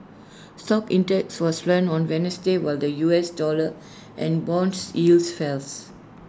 stock index was flat on Wednesday while the U S dollar and bonds yields fells